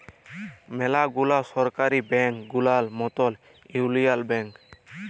ম্যালা গুলা সরকারি ব্যাংক গুলার মতল ইউলিয়াল ব্যাংক